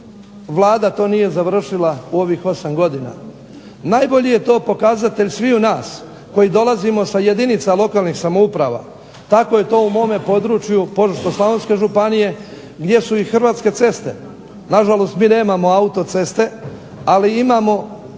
Vlada to nije završila u ovih 8 godina. Najbolji je to pokazatelj sviju nas koji dolazimo sa jedinica lokalnih samouprava. Tako je to u mome području Požeško-slavonske županije gdje su i Hrvatske ceste, nažalost mi nemamo autoceste ali imamo